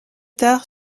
tard